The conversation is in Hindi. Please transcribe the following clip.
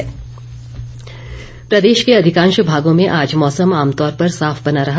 मौसम प्रदेश के अधिकांश भागों में आज मौसम आमतौर पर साफ बना रहा